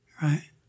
Right